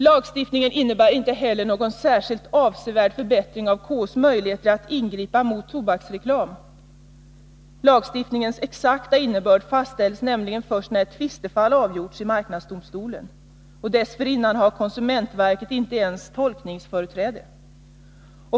Lagstiftningen innebar inte heller någon särskilt avsevärd förbättring av KO:s möjligheter att ingripa mot tobaksreklam. Lagstiftningens exakta innebörd fastställs nämligen först när ett tvistefall avgjorts i marknadsdomstolen. Dessförinnan har konsumentverket inte ens ”tolkningsföreträde”.